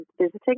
visiting